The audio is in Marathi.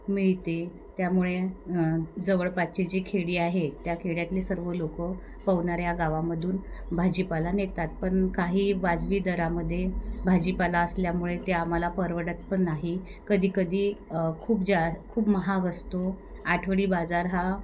मिळते त्यामुळे जवळपासची जी खेडी आहे त्या खेड्यातले सर्व लोकं पवनार या गावामधून भाजीपाला नेतात पण काही वाजवी दरामध्ये भाजीपाला असल्यामुळे ते आम्हाला परवडत पण नाही कधीकधी खूप जा खूप महाग असतो आठवडी बाजार हा